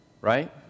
Right